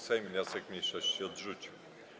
Sejm wniosek mniejszości odrzucił.